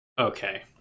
Okay